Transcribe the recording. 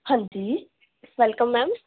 ਹਾਂਜੀ welcome ma'am